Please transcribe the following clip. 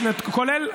כולל,